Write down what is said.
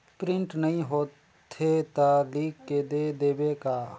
Print नइ होथे ता लिख के दे देबे का?